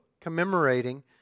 commemorating